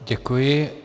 Děkuji.